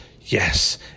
Yes